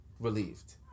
relieved